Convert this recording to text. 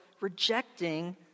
rejecting